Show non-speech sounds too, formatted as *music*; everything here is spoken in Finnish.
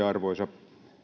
*unintelligible* arvoisa